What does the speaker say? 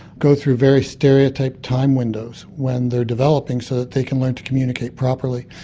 go through very stereo-typed time windows when they're developing, so that they can learn to communicate properly.